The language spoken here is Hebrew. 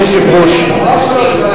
לבית-חולים.